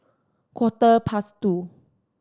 quarter past two